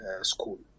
school